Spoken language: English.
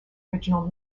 original